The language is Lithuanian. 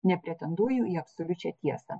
nepretenduoju į absoliučią tiesą